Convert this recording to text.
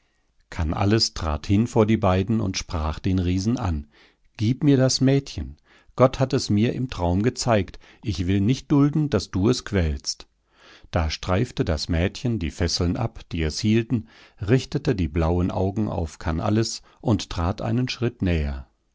aufzureißen kannalles trat hin vor die beiden und sprach den riesen an gib mir das mädchen gott hat es mir im traum gezeigt ich will nicht dulden daß du es quälst da streifte das mädchen die fesseln ab die es hielten richtete die blauen augen auf kannalles und trat einen schritt näher